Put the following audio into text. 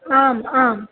आम् आम्